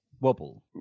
wobble